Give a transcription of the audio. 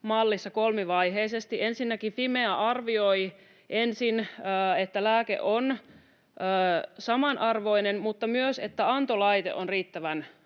mallissa kolmivaiheisesti. Ensinnäkin Fimea arvioi ensin, että lääke on samanarvoinen, mutta myös, että antolaite on riittävän